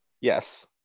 Yes